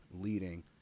leading